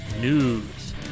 News